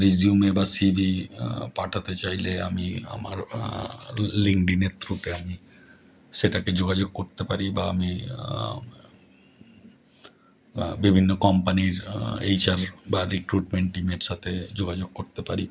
resume বা CV পাঠাতে চাইলে আমি আমার লিঙ্কডিনের থ্রুতে আমি সেটাকে যোগাযোগ করতে পারি বা আমি বিভিন্ন কোম্পানির এইচআর বা রিক্রুটমেন্ট টিমের সাথে যোগাযোগ করতে পারি